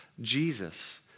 Jesus